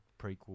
prequel